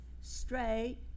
straight